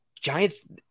giants